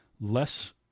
less